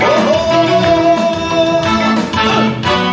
oh oh